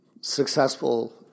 successful